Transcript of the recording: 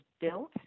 built